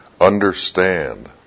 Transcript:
understand